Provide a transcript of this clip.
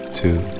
two